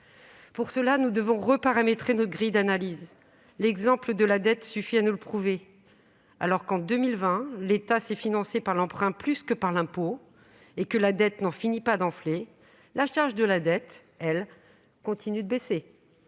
Pour cela, nous devons reparamétrer notre grille d'analyse. L'exemple de la dette suffit à le prouver : alors que, en 2020, l'État s'est financé par l'emprunt plus que par l'impôt et que la dette n'en finit pas d'enfler, la charge de la dette, elle, continue de baisser.